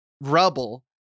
rubble